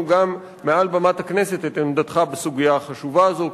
גם מעל במת הכנסת את עמדתך בסוגיה החשובה הזאת,